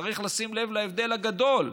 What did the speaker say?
צריך לשים לב להבדל הגדול.